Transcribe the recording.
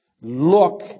Look